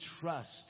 trust